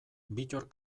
bittor